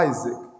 Isaac